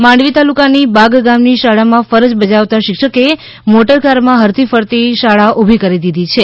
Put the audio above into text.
માંડવી તાલુકાની બાગ ગામની શાળામાં ફરજ બજાવતા શિક્ષકે મોટરકારમાં હરતી ફરતી શાળા ઊભી કરી દીધી છે